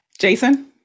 Jason